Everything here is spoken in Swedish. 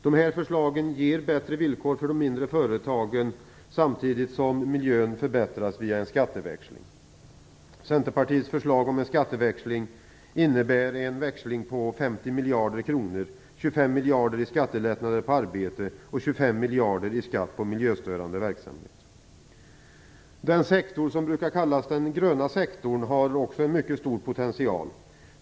De förslagen ger bättre villkor för de mindre företagen, samtidigt som miljön förbättras via en skatteväxling. Centerpartiets förslag till skatteväxling innebär en växling på Den sektor som brukar kallas den gröna sektorn har också en mycket stor potential.